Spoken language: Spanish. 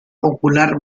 ocular